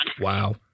Wow